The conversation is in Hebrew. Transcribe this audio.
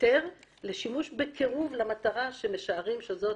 היתר לשימוש בקירוב למטרה שמשערים שזו